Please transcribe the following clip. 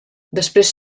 després